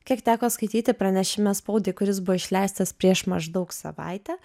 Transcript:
kiek teko skaityti pranešime spaudai kuris buvo išleistas prieš maždaug savaitę